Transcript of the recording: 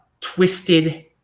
twisted